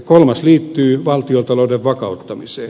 kolmas liittyy valtiontalouden vakauttamiseen